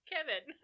Kevin